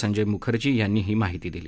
संजय मुखर्जी यांनी ही माहिती दिली